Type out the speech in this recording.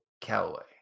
Callaway